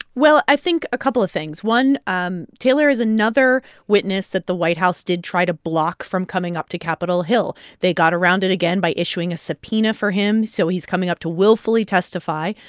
well, i think a couple of things. one, um taylor is another witness that the white house did try to block from coming up to capitol hill. they got around it again by issuing a subpoena for him, so he's coming up to willfully testify.